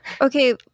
okay